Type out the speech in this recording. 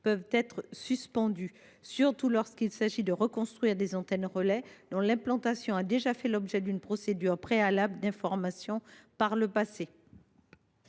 peuvent être suspendues, surtout lorsqu’il s’agit de reconstruire des antennes relais dont l’implantation a déjà fait l’objet d’une procédure préalable d’information. Dès lors,